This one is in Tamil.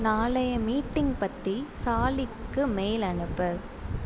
நாளைய மீட்டிங் பற்றி சாலிக்கு மெயில் அனுப்பு